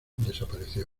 desapareció